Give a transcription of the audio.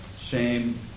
Shame